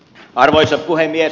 arvoisa puhemies